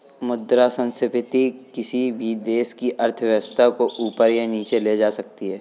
मुद्रा संस्फिति किसी भी देश की अर्थव्यवस्था को ऊपर या नीचे ले जा सकती है